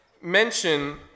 mention